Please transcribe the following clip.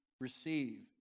receive